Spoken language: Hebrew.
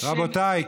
רבותיי,